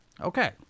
Okay